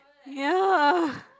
ya